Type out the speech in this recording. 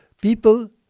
people